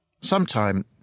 Sometime